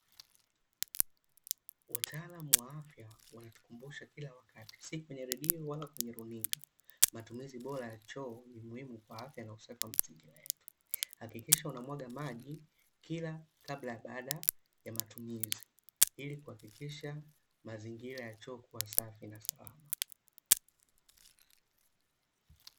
Wataalamu wa afya wanatukumbusha kila wakati, si kwenye redio wala kwenye runinga, matumizi bora ya choo ni muhimu kwa afya na usafi wa mazingira yetu. Hakikisha unamwaga maji, kila kabla ya baada ya matumizi ili kuhakikisha mazingira ya choo kuwa safi na salama.